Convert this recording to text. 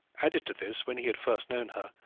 added to this, when he had first known her,